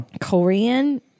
Korean